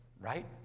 Right